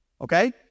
Okay